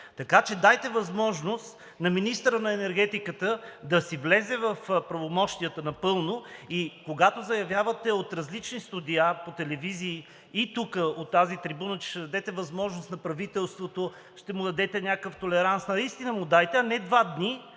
Така че дайте възможност на министъра на енергетиката да си влезе в правомощията напълно и когато заявявате от различни студия по телевизии и тук, от тази трибуна, че ще дадете възможност на правителството някакъв толеранс, наистина му дайте, а не два дни